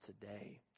today